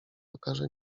okaże